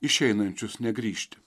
išeinančius negrįžti